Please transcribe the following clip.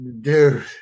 dude